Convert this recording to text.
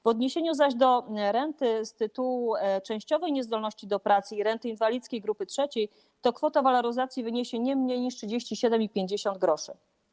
W odniesieniu zaś do renty z tytułu częściowej niezdolności do pracy i renty inwalidzkiej grupy III kwota waloryzacji wyniesie nie mniej niż 37,50 zł.